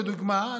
לדוגמה,